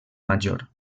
major